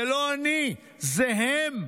זה לא אני, זה הם,